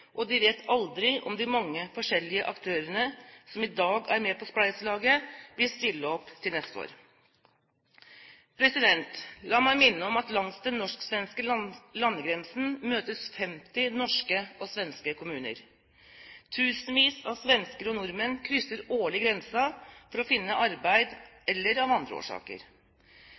og de vet aldri om de mange forskjellige aktørene som i dag er med på spleiselaget, vil stille opp til neste år. La meg minne om at langs den norsk-svenske landegrensen møtes 50 norske og svenske kommuner. Tusenvis av svensker og nordmenn krysser årlig grensen for å finne arbeid eller av andre årsaker.